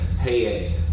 hey